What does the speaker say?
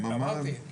אמרתי.